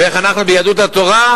ואיך אנחנו, ביהדות התורה,